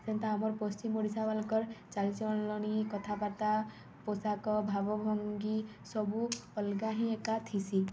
ସେନ୍ତା ଆମର୍ ପଶ୍ଚିମ୍ ଓଡ଼ିଶାବାଲେକର୍ ଚାଲିଚଳଲଣି କଥାବାର୍ତ୍ତା ପୋଷାକ ଭାବଭଙ୍ଗୀ ସବୁ ଅଲ୍ଗା ହିଁ ଏକା ଥିସି